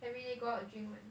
everyday go out drink [one]